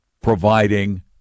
providing